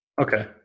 okay